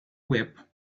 whip